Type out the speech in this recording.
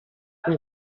per